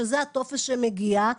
שזה הטופס שמגיע,